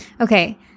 okay